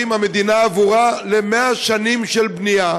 שהמדינה הולכת להפקיע שטחים עבורה ל-100 שנים של בנייה,